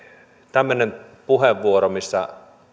tämmöinen puheenvuoro missä